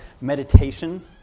Meditation